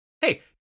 Hey